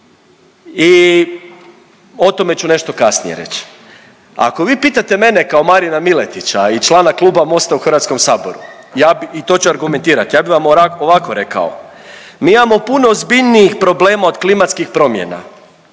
i o tome ću nešto kasnije reći. Ako vi pitate mene kao Marina Miletića i člana Kluba Mosta u HS ja bi, i to ću argumentirati, ja bi vam ovako rekao. Mi imamo puno ozbiljnijih problema od klimatskih promjena,